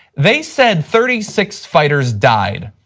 they said thirty six fighters died.